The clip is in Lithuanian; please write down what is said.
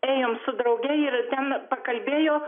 ėjom su drauge ir ten pakalbėjo